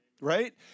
right